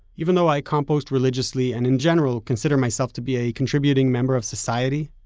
even though i compost religiously, and in general consider myself to be a contributing member of society,